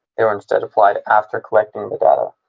they were instead applied after collecting the data,